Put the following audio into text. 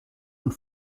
und